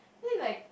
then like